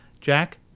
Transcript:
Jack